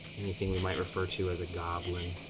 anything we might refer to as a goblin,